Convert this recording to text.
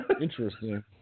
Interesting